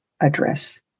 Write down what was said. address